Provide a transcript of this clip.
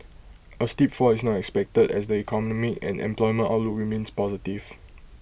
A steep fall is not expected as the economic and employment outlook remains positive